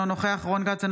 אינו נוכח רון כץ,